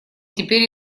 теперь